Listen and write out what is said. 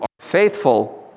faithful